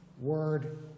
word